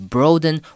Broaden